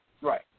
right